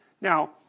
Now